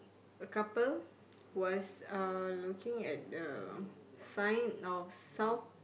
a couple was uh looking at the sign of south